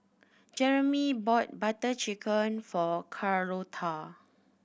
Jeremey bought Butter Chicken for Carlotta